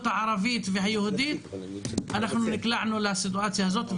הערבית והיהודית ונקלענו לסיטואציה הזאת.